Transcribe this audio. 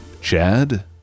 Chad